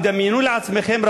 תדמיינו לעצמכם,